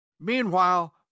Meanwhile